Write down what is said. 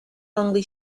only